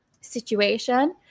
situation